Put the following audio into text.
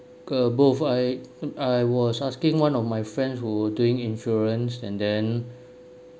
uh both I I was asking one of my friend who doing insurance and then